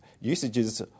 usages